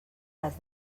les